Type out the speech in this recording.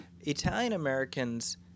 Italian-Americans